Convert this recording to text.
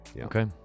Okay